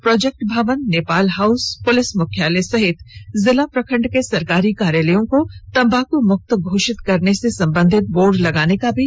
project भवन Nepal house police मुख्यालय सहित जिला प्रखंड के सरकारी कार्यालयों को तम्बाक मुक्त घोषित करने से संबंधित बोर्ड लगाने का निर्देश दिया गया